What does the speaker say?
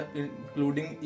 including